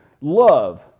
Love